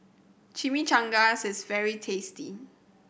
chimichangas is very tasty